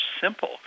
simple